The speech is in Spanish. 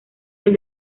del